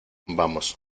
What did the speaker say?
vamos